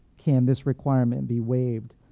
can this requirement be waived.